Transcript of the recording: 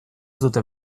dute